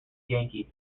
yankees